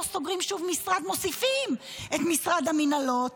לא סוגרים שום משרד ומוסיפים את משרד המנהלות,